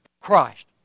Christ